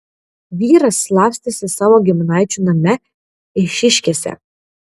vyras slapstėsi savo giminaičių name eišiškėse